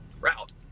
Route